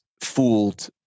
fooled